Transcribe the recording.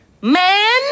man